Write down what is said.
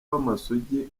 b’amasugi